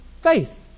faith